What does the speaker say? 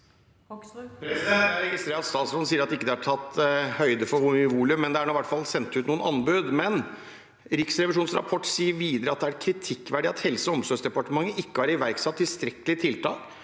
Jeg registrerer at statsråden sier at det ikke er tatt høyde for hvor stort volum, men det er i hvert fall sendt ut noen anbud. Riksrevisjonens rapport sier videre at det er kritikkverdig at Helse- og omsorgsdepartementet ikke har iverksatt tilstrekkelige tiltak